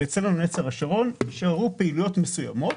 ואצלנו בנצר השרון נשארו פעילויות מסוימות